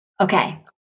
Okay